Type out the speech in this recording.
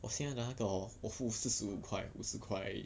我现在的那个 hor 我付四十五块五十块而已